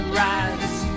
rise